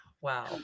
wow